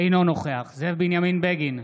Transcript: אינו נוכח זאב בנימין בגין,